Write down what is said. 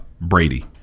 Brady